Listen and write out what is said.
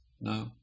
No